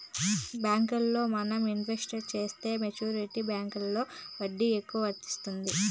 బ్యాంకుల్లో మనం ఇన్వెస్ట్ చేసే మెచ్యూరిటీ బాండ్లకి వడ్డీ ఎక్కువ వత్తాది